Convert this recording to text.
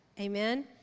Amen